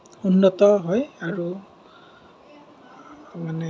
উন্নত হয় আৰু মানে